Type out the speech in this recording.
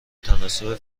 تناسب